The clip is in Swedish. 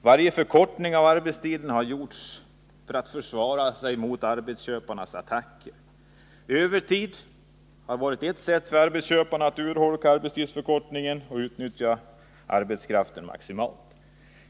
Varje förkortning av arbetstiden som gjorts har fått försvaras mot arbetsköparnas attacker. Övertid har varit ett sätt för arbetsköparna att urholka arbetstidsförkortningen och utnyttja arbetskraften maximalt.